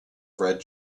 red